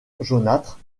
jaunâtre